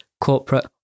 corporate